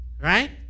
Right